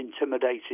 intimidated